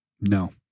No